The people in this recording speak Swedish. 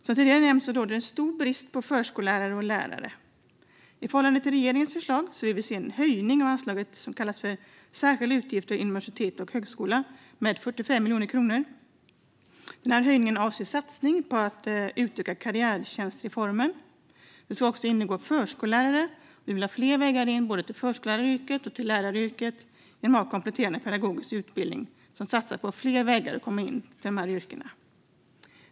Som tidigare nämnts råder det stor brist på förskollärare och lärare. I förhållande till regeringens förslag vill se vi en höjning av anslaget Särskilda utgifter inom universitet och högskolor med 45 miljoner kronor. Höjningen avser satsningar på att utöka karriärtjänstreformen till att också inbegripa förskollärare, fler vägar in både till förskolläraryrket och till läraryrket genom en kompletterande pedagogisk utbildning samt en satsning på ytterligare vägar till dessa yrken.